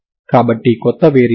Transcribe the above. కాబట్టి కొత్త వేరియబుల్స్ పరంగా ∂x